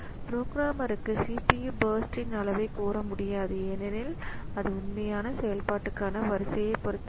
புரோகிராமருக்கு CPU பர்ஸ்ட்ன் அளவைக் கூறவும் முடியாது ஏனெனில் அது உண்மையான செயல்பாட்டுக்கான வரிசையைப் பொறுத்தது